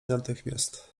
natychmiast